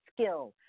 skill